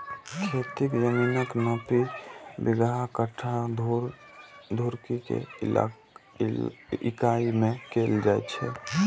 खेतीक जमीनक नापी बिगहा, कट्ठा, धूर, धुड़की के इकाइ मे कैल जाए छै